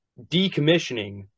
decommissioning